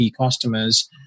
customers